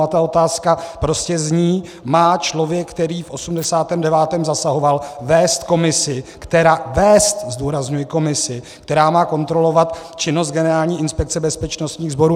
A ta otázka prostě zní: Má člověk, který v osmdesátém devátém zasahoval, vést komisi zdůrazňuji vést která má kontrolovat činnost Generální inspekce bezpečnostních sborů?